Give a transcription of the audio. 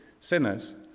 sinners